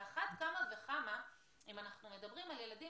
על אחת כמה וכמה אם אנחנו מדברים על ילדים